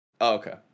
Okay